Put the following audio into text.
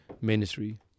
ministry